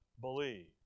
believe